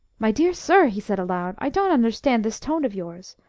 my dear sir, he said aloud, i don't understand this tone of yours.